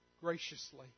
graciously